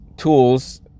tools